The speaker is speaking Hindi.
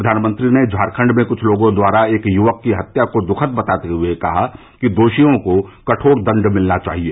प्रधानमंत्री ने झारखंड में क्छ लोगों द्वारा एक युवक की हत्या को दुखद बताते हुए कहा कि दोषियों को कठोर दंड मिलना चाहिए